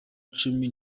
cumi